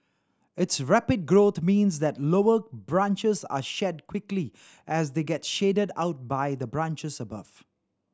its rapid growth means that lower branches are shed quickly as they get shaded out by the branches above